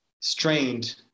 strained